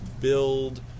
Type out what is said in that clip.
build